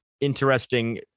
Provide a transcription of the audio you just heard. interesting